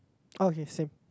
okay same